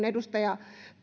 edustaja